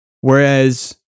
Whereas